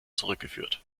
zurückgeführt